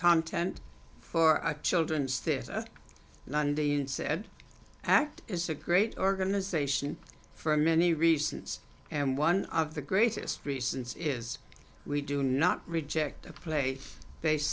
content for a children's theatre one day and said act is a great organization for many reasons and one of the greatest reasons is we do not reject a place based